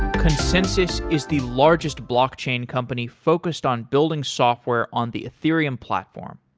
consensys is the largest blockchain company focused on building software on the ethereum platform.